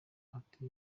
bahati